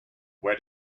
where